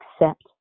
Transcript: accept